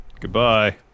Goodbye